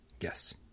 Yes